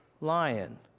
lion